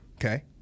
okay